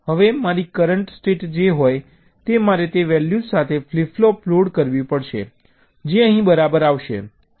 હવે મારી current state જે હોય તે મારે તે વેલ્યૂઝ સાથે ફ્લિપ ફ્લોપ લોડ કરવી પડશે જે અહીં બરાબર આવશે